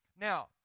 Now